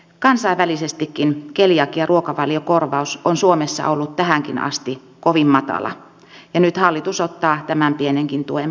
kansainvälisestikin keliakiaruokavaliokorvaus on suomessa ollut tähänkin asti kovin matala ja nyt hallitus ottaa tämän pienenkin tuen pois